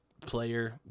player